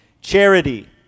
charity